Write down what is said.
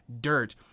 dirt